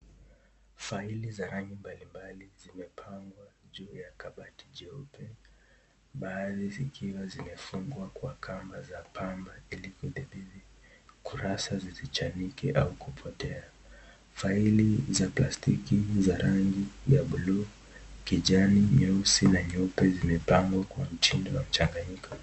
Faili za rangi mbalimbali zimepangwa juu ya kabati jeupe baadhii zikiwa zimefungwa kwa kamba za pamba ili kudhibiti ukurasa zisichanike au kupotea. Faili za plastiki za rangi ya bluu, kijani, nyeusi na nyeupe zimepangwa kwa mtindo wa mchanganyiko.